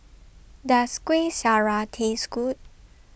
Does Kueh Syara Taste Good